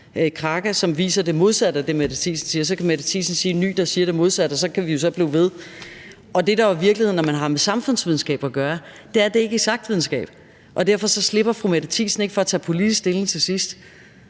Kraka, som viser det modsatte af det, Mette Thiesen siger, og så kan Mette Thiesen tage en ny, der siger det modsatte, og sådan kan vi jo så blive ved. Det, der jo er virkeligheden, når man har med samfundsvidenskab at gøre, er, at det ikke er eksakt videnskab, og derfor slipper fru Mette Thiesen ikke for at tage politisk stilling til sidst,